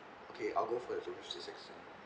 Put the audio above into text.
okay I'll go for the two fifty six